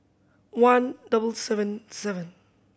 one double seven seven